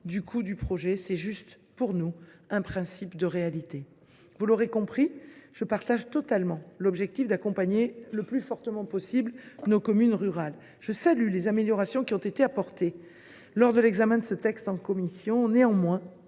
du coût du projet. À nos yeux, il s’agit simplement d’un principe de réalité. Vous l’aurez compris, je partage totalement l’objectif d’accompagner le plus fortement possible les communes rurales. Je salue les améliorations qui ont été apportées lors de l’examen de ce texte en commission. Néanmoins,